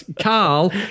Carl